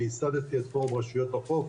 וייסדתי את פורום רשויות החוף,